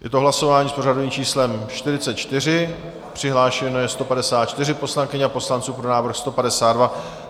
Je to hlasování s pořadovým číslem 44, přihlášeno je 154 poslankyň a poslanců, pro návrh 152.